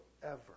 forever